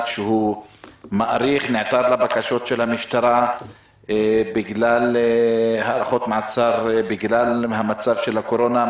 הוא נעתר לבקשות של המשטרה להארכות מעצר בגלל הקורונה?